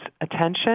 attention